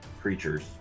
creatures